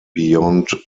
beyond